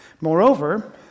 Moreover